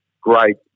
great